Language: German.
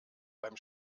beim